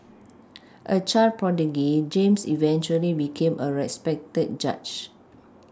a child prodigy James eventually became a respected judge